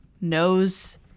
knows